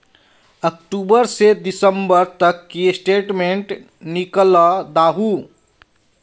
अक्टूबर से दिसंबर तक की स्टेटमेंट निकल दाहू?